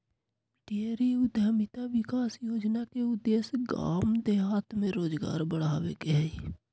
dairy उद्यमिता विकास योजना के उद्देश्य गाम देहात में रोजगार बढ़ाबे के हइ